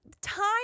time